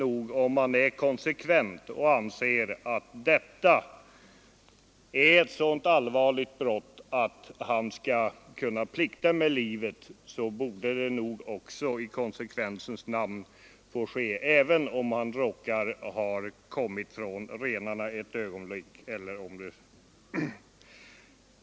Om man anser att detta är ett så allvarligt brott att hunden skall plikta med livet borde det nog också i konsekvensens namn få ske även om hunden råkar ha kommit från renarna ett ögonblick.